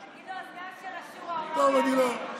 תגיד לו "הסגן של השורא", אולי הוא יענה.